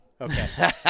Okay